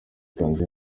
ikanzu